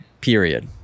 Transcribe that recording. period